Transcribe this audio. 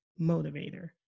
motivator